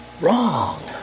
wrong